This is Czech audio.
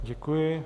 Děkuji.